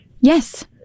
Yes